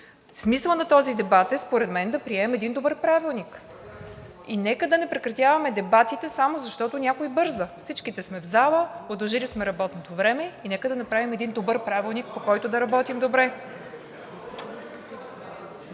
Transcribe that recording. Смисълът на този дебат според мен е да приемем един добър правилник. Нека да не прекратяваме дебатите само защото някой бърза. Всички сме в залата, удължили сме работното време и нека да направим един добър правилник, по който да работим добре.